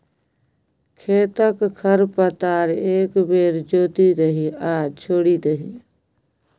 खेतक खर पतार एक बेर जोति दही आ छोड़ि दही